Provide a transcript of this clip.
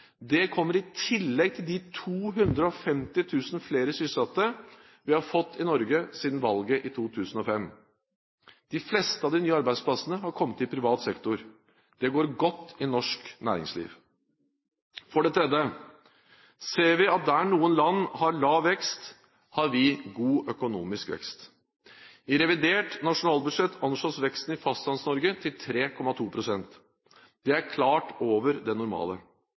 Det kommer i tillegg til de 250 000 flere sysselsatte vi har fått i Norge siden valget i 2005. De fleste av de nye arbeidsplassene har kommet i privat sektor. Det går godt i norsk næringsliv. For det tredje ser vi at der noen land har lav vekst, har vi god økonomisk vekst. I revidert nasjonalbudsjett anslås veksten i Fastlands-Norge til 3,2 pst. Det er klart over det normale.